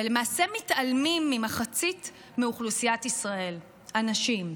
ולמעשה מתעלמים ממחצית מאוכלוסיית ישראל, הנשים.